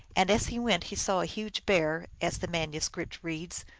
and as he went he saw a huge bear, as the manuscript reads,